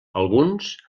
alguns